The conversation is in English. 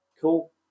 cool